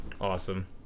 Awesome